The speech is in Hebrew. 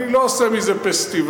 אני לא אעשה מזה פסטיבל,